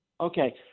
Okay